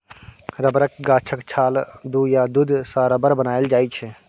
रबरक गाछक छाल सँ या दुध सँ रबर बनाएल जाइ छै